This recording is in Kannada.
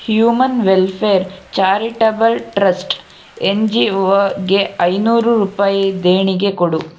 human welfare charitable trust N G ವೊಗೆ ಐನೂರು ರೂಪಾಯಿ ದೇಣಿಗೆ ಕೊಡು